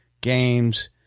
Games